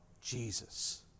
Jesus